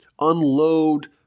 unload